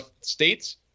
states